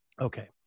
Okay